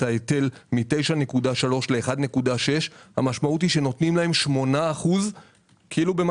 ההיטל מ-9.3% ל-1.6% המשמעות היא שנותנים להם 8% במתנה